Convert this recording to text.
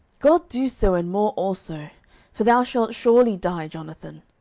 god do so and more also for thou shalt surely die, jonathan.